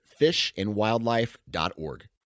fishandwildlife.org